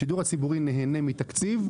השידור הציבורי נהנה מתקציב,